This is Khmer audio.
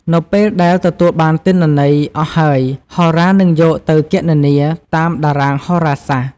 នៅពេលដែលទទួលបានទិន្នន័យអស់ហើយ ហោរានឹងយកទៅគណនា តាមតារាងតារាសាស្ត្រ។